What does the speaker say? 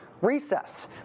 recess